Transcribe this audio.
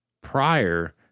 prior